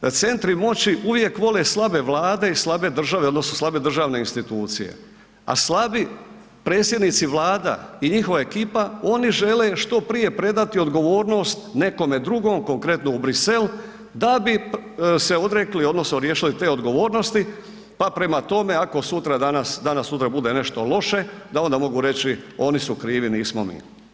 Da centri moći uvijek vole slabe vlade odnosno slabe države odnosno slabe državne institucije, a slabi predsjednici vlada i njihova ekipa oni žele što prije predati odgovornost nekome drugom, konkretno u Bruxelles da bi se riješili te odgovornosti, pa prema tome, ako danas sutra bude nešto loše da onda mogu reći oni su krivi nismo mi.